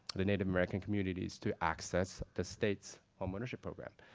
the native american communities to access the state's home ownership program.